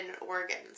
organs